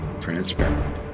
transparent